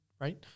right